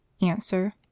Answer